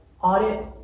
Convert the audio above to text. audit